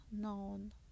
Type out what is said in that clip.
known